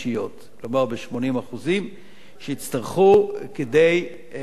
כלומר ב-80% שיצטרכו כדי להוביל את זה.